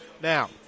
now